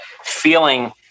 feeling